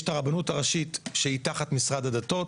יש את הרבנות הראשית שהיא תחת משרד הדתות,